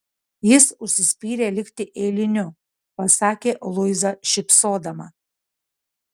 jis užsispyrė likti eiliniu pasakė luiza šypsodama